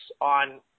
on